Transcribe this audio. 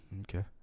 Okay